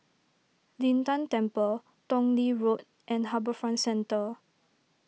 Lin Tan Temple Tong Lee Road and HarbourFront Centre